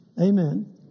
Amen